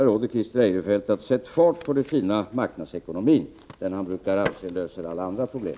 Jag råder Christer Eirefelt: Sätt fart på den fina marknadsekonomin, som han brukar anse löser alla andra problem!